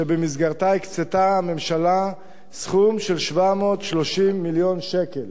שבמסגרתה הקצתה הממשלה סכום של 730 מיליון שקלים.